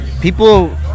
people